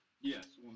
Yes